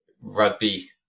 Rugby